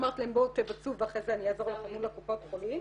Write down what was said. שאמרתי להם בואו תבצעו ואחרי זה אני אעזור לכם מול הקופות חולים,